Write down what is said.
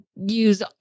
use